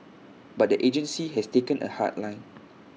but the agency has taken A hard line